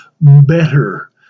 better